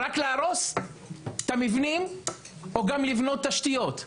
רק כדי להרוס את המבנים או גם כדי לבנות תשתיות?